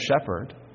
shepherd